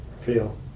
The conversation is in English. feel